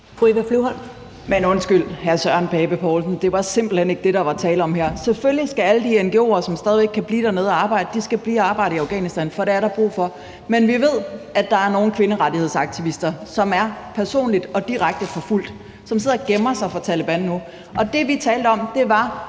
Men undskyld, hr. Søren Pape Poulsen, det var simpelt hen ikke det, der var tale om her. Selvfølgelig skal alle de ngo'ere, som stadig væk kan blive dernede og arbejde, blive og arbejde i Afghanistan, for det er der brug for. Men vi ved, at der er nogle kvinderettighedsaktivister, som er personligt og direkte forfulgt, og som sidder og gemmer sig for Taleban nu. Det, vi talte om, var